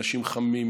אנשים חמים,